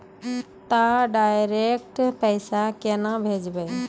खाता से डायरेक्ट पैसा केना भेजबै?